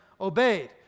obeyed